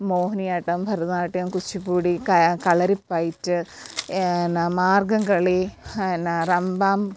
മോഹിനിയാട്ടം ഭരനാട്യം കുച്ചിപ്പുടി കളരിപ്പയറ്റ് പിന്നെ മാർഗ്ഗംകളി പിന്നെ റംഭം